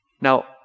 Now